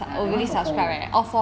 that one for four room